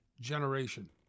generation